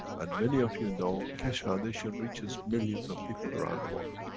and many of you know, keshe foundation reaches millions of people around the world.